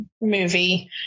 movie